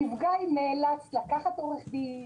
הנפגע נאלץ לקחת עורך דין,